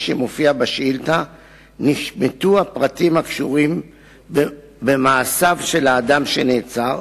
שמופיע בשאילתא נשמטו הפרטים הקשורים במעשיו של האדם שנעצר,